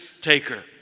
taker